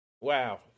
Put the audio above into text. Wow